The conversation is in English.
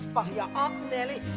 by your aunt nellie.